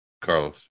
Carlos